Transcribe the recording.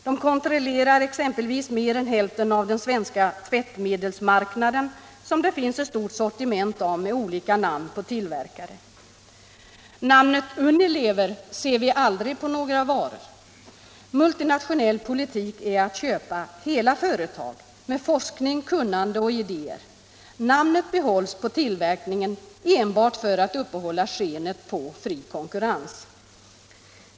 De kontrollerar exempelvis mer än hälften av den svenska tvättmedelsmarknaden, som har ett stort sortiment med olika namn på tillverkare. Namnet Unilever ser vi aldrig på några varor. Multinationell politik är att köpa hela företag med forskning, kunnande och idéer. Namnet behålls på tillverkningen enbart för att uppehålla skenet på fri konkurrens.